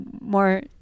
more